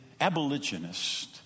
abolitionist